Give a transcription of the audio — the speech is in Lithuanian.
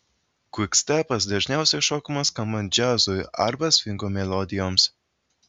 kvikstepas dažniausiai šokamas skambant džiazui arba svingo melodijoms